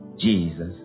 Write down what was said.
Jesus